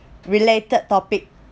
related topic